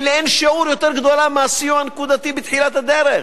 הוא לאין-שיעור יותר גדול מהסיוע הנקודתי בתחילת הדרך.